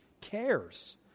cares